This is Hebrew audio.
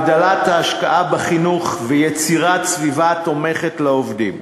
הגדלת ההשקעה בחינוך ויצירת סביבה תומכת לעובדים,